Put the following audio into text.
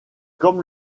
comme